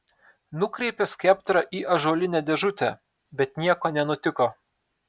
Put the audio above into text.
nukreipė skeptrą į ąžuolinę dėžutę bet nieko nenutiko